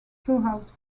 throughout